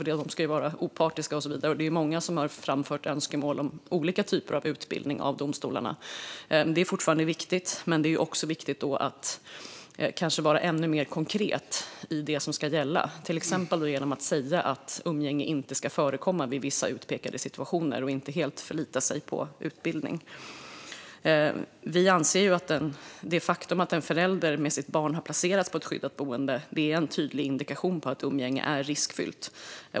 De ska vara opartiska och så vidare, och det är många som har framfört önskemål om olika typer av utbildning för domstolarna. Detta är fortfarande viktigt, men det är också viktigt att kanske vara ännu mer konkret i det som ska gälla, till exempel genom att säga att umgänge inte ska förekomma vid vissa utpekade situationer, och att inte helt förlita sig på utbildning. Vi anser att det faktum att en förälder med sitt barn har placerats i ett skyddat boende är en tydlig indikation på att umgänge är riskfyllt.